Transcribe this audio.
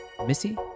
Missy